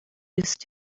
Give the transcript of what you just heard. used